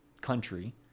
country